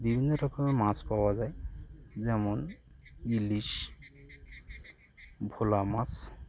বিভিন্ন রকমের মাছ পাওয়া যায় যেমন ইলিশ ভোলা মাছ